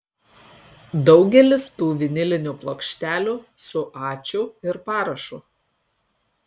daugelis tų vinilinių plokštelių su ačiū ir parašu